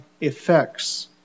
effects